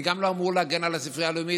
אני גם לא אמור להגן על הספרייה הלאומית,